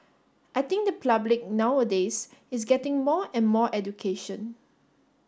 I think the public nowadays is getting more and more education